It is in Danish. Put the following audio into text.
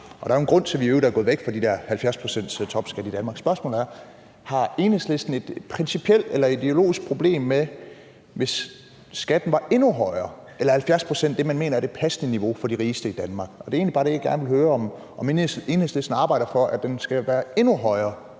øvrigt en grund til, at vi er gået væk fra den der topskat på 70 pct. i Danmark: Har Enhedslisten et principielt eller ideologisk problem med, at skatten var endnu højere, eller er 70 pct. det, man mener er det passende niveau for de rigeste i Danmark? Det er egentlig bare det, jeg gerne vil høre, altså om Enhedslisten arbejder for, at skatten på den